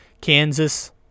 Kansas